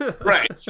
right